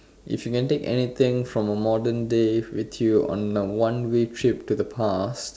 if you can take anything from a modern day with you on a one way trip to the past